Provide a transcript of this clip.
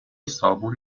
صابون